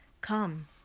Come